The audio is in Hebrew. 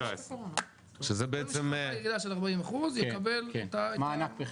2019. כל מי שיש לו ירידה של 40% יקבל- -- מענק.